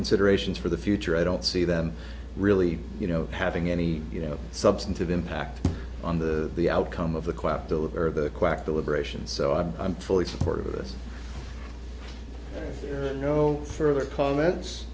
considerations for the future i don't see them really you know having any you know substantive impact on the the outcome of the quote deliver the quack deliberations so i'm i'm fully supportive of this and no further comments